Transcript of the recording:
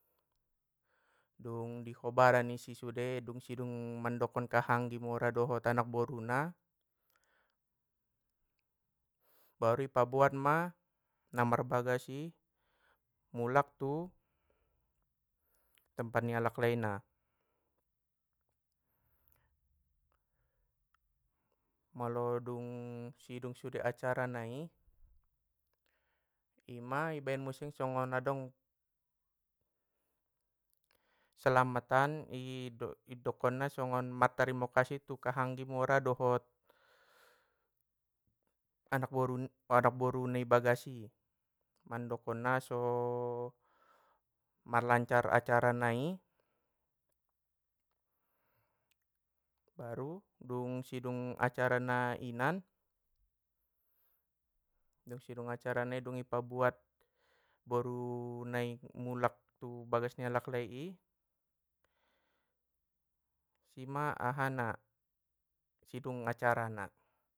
Dung di hobaran isi sude dung sidung mandokon kahanggi mora dohot anak boruna baru i paboatma na marbagas i mulak tu, tempat ni alaklaina. Molo dung sidung sude acara nai! Ima ibaen muse songon adong slamatan i dokon na songon martarimo kasih tu kahanggi mora dohot anak boruna- anak boru nai bagas i, mandokonna so marlancar acara nai!. Baru dung sidung acara nainan, dung sidung acara nai dung i pabuat boru nai mulak tu bagas ni alak lai i, sima ahana sidung acarana.